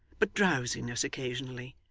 but drowsiness occasionally,